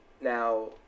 Now